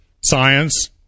science